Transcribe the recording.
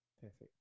perfect